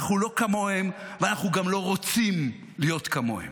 אנחנו לא כמוהם ואנחנו גם לא רוצים להיות כמוהם.